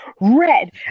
Red